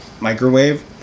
microwave